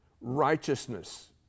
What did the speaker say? righteousness